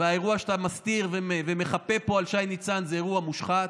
והאירוע שאתה מסתיר ומחפה פה על שי ניצן זה אירוע מושחת,